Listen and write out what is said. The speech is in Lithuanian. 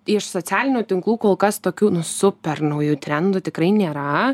iš socialinių tinklų kol kas tokių nu super naujų trendų tikrai nėra